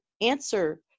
answer